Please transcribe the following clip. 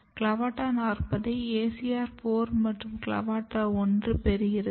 CLAVATA 40 யை ACR 4 மற்றும் CLAVATA 1 பெறுகிறது